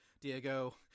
Diego